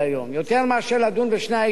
יותר מאשר לדון בשני האישים,